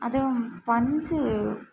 அதுவும் பஞ்சு